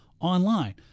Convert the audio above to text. online